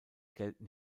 gelten